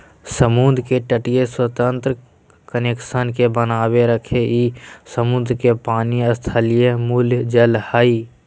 समुद्र के तटीय स्वतंत्र कनेक्शन के बनाके रखो हइ, समुद्र के पानी स्थलीय मूल जल हइ